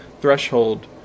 threshold